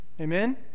amen